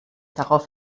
darauf